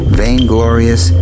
vainglorious